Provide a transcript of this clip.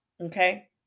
Okay